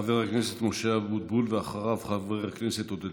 חבר הכנסת משה אבוטבול, ואחריו, חבר הכנסת עודד